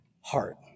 heart